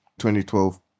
2012